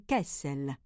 Kessel